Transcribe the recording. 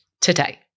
today